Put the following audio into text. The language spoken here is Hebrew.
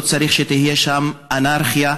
שלא שתהיה שם אנרכיה,